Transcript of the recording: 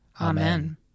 Amen